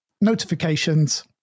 notifications